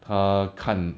他看